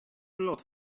lot